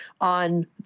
on